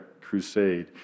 crusade